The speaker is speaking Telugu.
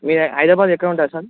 మీరు హైదరాబాద్లో ఎక్కడ ఉంటారు సార్